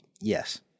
Yes